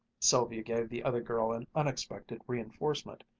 sylvia gave the other girl an unexpected reinforcement.